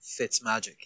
Fitzmagic